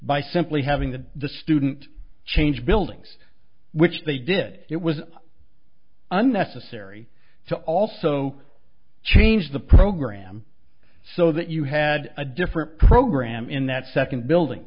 by simply having the the student change buildings which they did it was unnecessary to also change the program so that you had a different program in that second building